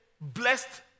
blessed